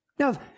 Now